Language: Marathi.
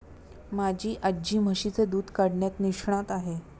माझी आजी म्हशीचे दूध काढण्यात निष्णात आहे